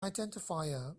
identifier